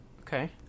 Okay